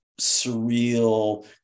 surreal